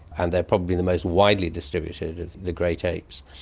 and they're probably the most widely distributed of the great apes,